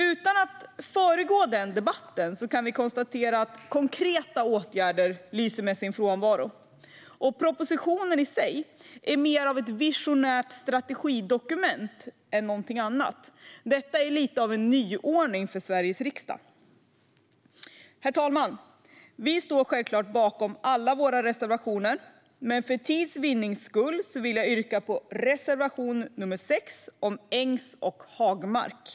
Utan att föregripa den debatten kan vi konstatera att konkreta åtgärder lyser med sin frånvaro och att propositionen i sig mer är ett visionärt strategidokument än något annat. Detta är lite av en nyordning för Sveriges riksdag. Herr talman! Vi står självfallet bakom alla våra reservationer, men för tids vinnande yrkar jag bifall endast till reservation 6 om ängs och hagmarker.